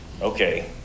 okay